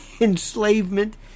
enslavement